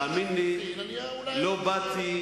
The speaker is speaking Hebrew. תמתין, תאמין לי, לא באתי